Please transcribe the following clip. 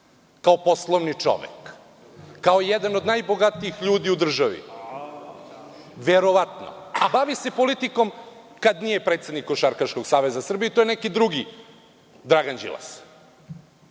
kao poslovni čovek, kao jedan od najbogatijih ljudi u državi. Verovatno, a bavi se politikom kad nije predsednik Košarkaškog saveza Srbije i to je neki drugi Dragan